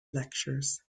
lectures